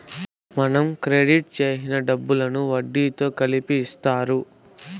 మనం క్రెడిట్ చేసిన డబ్బులను వడ్డీతో కలిపి ఇత్తారు